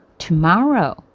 tomorrow